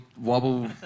wobble